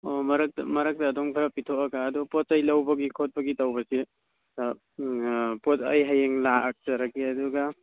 ꯑꯣ ꯃꯔꯛꯇ ꯑꯗꯨꯝ ꯈꯔ ꯄꯤꯊꯣꯛꯑꯒ ꯑꯗꯨ ꯄꯣꯠ ꯆꯩ ꯂꯧꯕꯒꯤ ꯈꯣꯠꯄꯒꯤ ꯇꯧꯕꯁꯤ ꯄꯣꯠ ꯑꯩ ꯍꯌꯦꯡ ꯂꯥꯛꯆꯔꯒꯦ ꯑꯗꯨꯒ